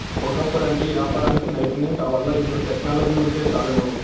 ఒకప్పుడంటే యాపారానికి నైపుణ్యం కావాల్ల, ఇపుడు టెక్నాలజీ వుంటే చాలును